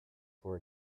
for